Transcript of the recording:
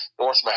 North